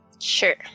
Sure